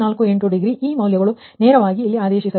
048 degree ಈ ಮೌಲ್ಯಗಳು ನೇರವಾಗಿ ಇಲ್ಲಿ ಆದೇಶಿಸಿ